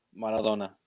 Maradona